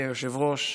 אדוני היושב-ראש,